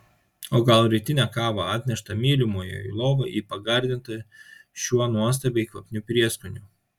o gal rytinę kavą atneštą mylimojo į lovą į pagardintą šiuo nuostabiai kvapniu prieskoniu